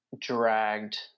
dragged